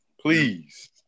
Please